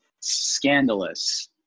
scandalous